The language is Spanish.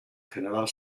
general